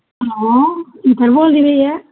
ਹਾਂ ਸ਼ੀਤਲ ਬੋਲਦੀ ਪਈ ਹੈ